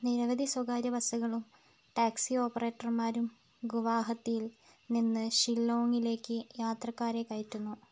നിരവധി സ്വകാര്യ ബസുകളും ടാക്സി ഓപ്പറേറ്റർമാരും ഗുവാഹത്തിയിൽ നിന്ന് ഷില്ലോങ്ങിലേക്ക് യാത്രക്കാരെ കയറ്റുന്നു